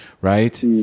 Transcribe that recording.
right